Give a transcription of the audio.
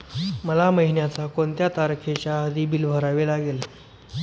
मला महिन्याचा कोणत्या तारखेच्या आधी बिल भरावे लागेल?